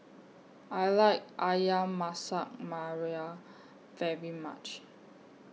I like Ayam Masak Merah very much